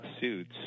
suits